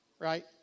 right